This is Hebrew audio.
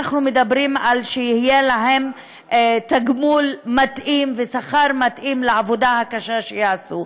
אנחנו אומרים שיהיה להם תגמול מתאים ושכר מתאים לעבודה הקשה שיעשו.